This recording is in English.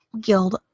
Guild